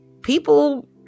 People